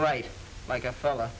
right like a fella